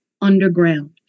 underground